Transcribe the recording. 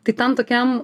tai tam tokiam